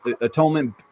atonement